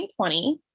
2020